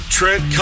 Trent